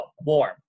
warm